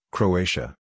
Croatia